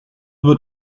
wird